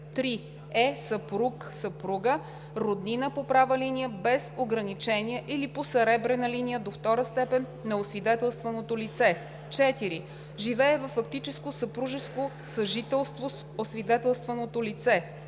3. е съпруг/а, роднина по права линия без ограничение или по съребрена линия до втора степен на освидетелстваното лице; 4. живее във фактическо съпружеско съжителство с освидетелстваното лице.“